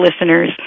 listeners